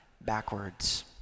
backwards